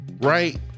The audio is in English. right